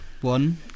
one